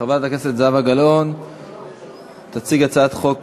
חברת הכנסת זהבה גלאון תציג הצעת חוק